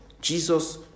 Jesus